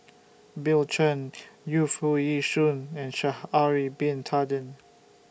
Bill Chen Yu Foo Yee Shoon and Sha'Ari Bin Tadin